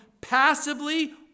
passively